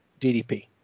DDP